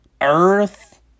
Earth